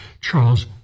Charles